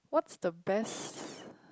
what's the best